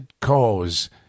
cause